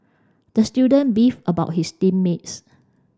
the student beefed about his team mates